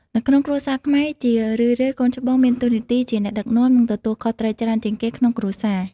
នៅក្នុងគ្រួសារខ្មែរ ជារឿយៗកូនច្បងមានតួនាទីជាអ្នកដឹកនាំ និងទទួលខុសត្រូវច្រើនជាងគេក្នុងគ្រួសារ។